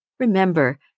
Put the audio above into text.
Remember